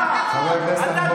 אתה חלאה ארורה,